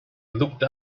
looked